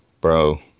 Bro